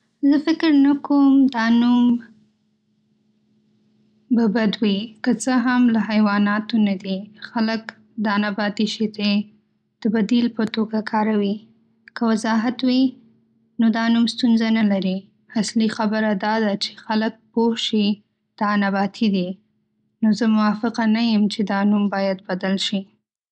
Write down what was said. زه فکر کوم دا نوم بد نه دی، که څه هم له حیواناتو نه دي. خلک دا نباتي شیدې د بدیل په توګه کاروي. که وضاحت وي، نو دا نوم ستونزه نه لري. اصلي خبره دا ده چې خلک پوه شي دا نباتي دي. نو، زه موافقه نه یم چې دا نوم باید بدل شي.